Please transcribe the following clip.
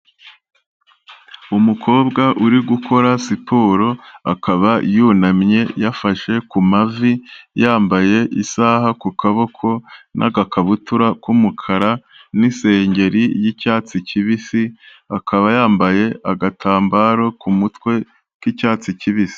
Umukobwa uri gukora siporo akaba yunamye yafashe ku mavi, yambaye isaha ku kaboko n'agakabutura k'umukara n'isengeri y'icyatsi kibisi, akaba yambaye agatambaro ku mutwe k'icyatsi kibisi.